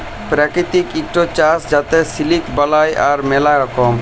পেরাকিতিক ইকট চাস যাতে সিলিক বালাই, তার ম্যালা রকম